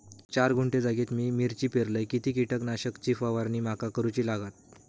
चार गुंठे जागेत मी मिरची पेरलय किती कीटक नाशक ची फवारणी माका करूची लागात?